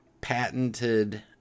patented